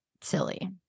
silly